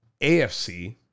AFC